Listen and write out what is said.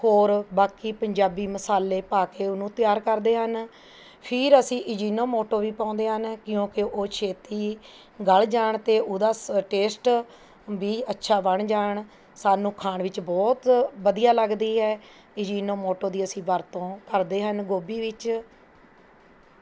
ਹੋਰ ਬਾਕੀ ਪੰਜਾਬੀ ਮਸਾਲੇ ਪਾ ਕੇ ਉਹਨੂੰ ਤਿਆਰ ਕਰਦੇ ਹਨ ਫਿਰ ਅਸੀਂ ਇਜੀਨੋਮੋਟੋ ਵੀ ਪਾਉਂਦੇ ਹਨ ਕਿਉਂਕਿ ਉਹ ਛੇਤੀ ਗਲ਼ ਜਾਣ 'ਤੇ ਉਹਦਾ ਸ ਟੇਸਟ ਵੀ ਅੱਛਾ ਬਣ ਜਾਣ ਸਾਨੂੰ ਖਾਣ ਵਿੱਚ ਬਹੁਤ ਵਧੀਆ ਲੱਗਦੀ ਹੈ ਇਜੀਨੋਮੋਟੋ ਦੀ ਅਸੀਂ ਵਰਤੋਂ ਕਰਦੇ ਹਨ ਗੋਭੀ ਵਿੱਚ